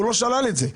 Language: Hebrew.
לא שלל את זה.